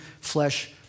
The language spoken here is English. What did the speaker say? flesh